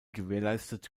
gewährleistet